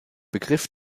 begriff